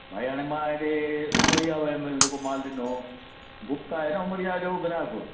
भई मां हाणे हेॾे उमरिया वयमि जेको माल ॾिनो गुप्ता आहे न उमरिया जो ग्राहक